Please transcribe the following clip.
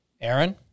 Aaron